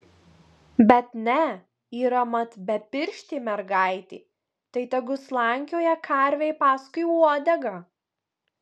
bet ne yra mat bepirštė mergaitė tai tegu slankioja karvei paskui uodegą